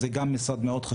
אז זה גם מסר מאוד חשוב,